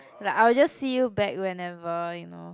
like I would just see you back whenever you know